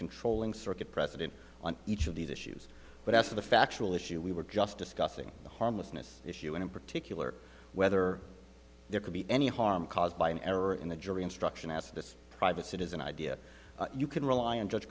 controlling circuit precedent on each of these issues but as to the factual issue we were just discussing the harmlessness issue and in particular whether there could be any harm caused by an error in the jury instruction at this private citizen idea you can rely on judge